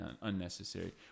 unnecessary